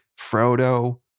Frodo